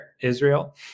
Israel